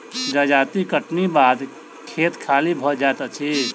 जजाति कटनीक बाद खेत खाली भ जाइत अछि